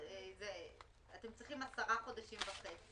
למה אתם צריכים 10.5 חודשים?